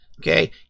okay